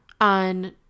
on